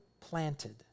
planted